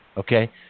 Okay